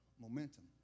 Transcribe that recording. momentum